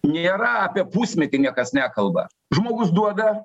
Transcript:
nėra apie pusmetį niekas nekalba žmogus duoda